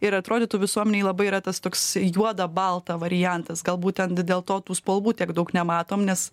ir atrodytų visuomenei labai yra tas toks juoda balta variantas gal būtent dėl to tų spalvų tiek daug nematom nes